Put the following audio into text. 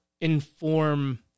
inform